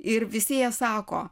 ir visi jie sako